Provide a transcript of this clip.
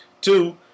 Two